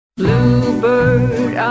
bluebird